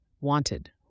Wanted